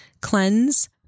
cleanse